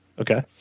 Okay